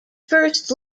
first